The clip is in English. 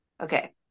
okay